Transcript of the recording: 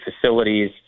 facilities